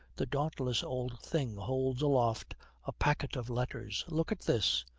the dauntless old thing holds aloft a packet of letters. look at this.